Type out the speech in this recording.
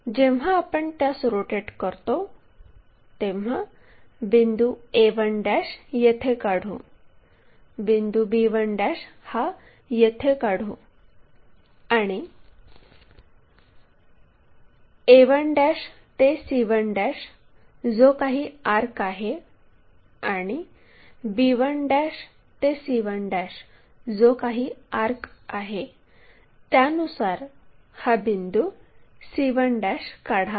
जेव्हा आपण त्यास रोटेट करतो तेव्हा बिंदू a1 येथे काढू बिंदू b1 हा येथे काढू आणि a1 ते c1 जो काही आर्क आहे आणि b1 ते c1 जो काही आर्क आहे त्यानुसार हा बिंदू c1 काढावा